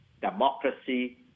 democracy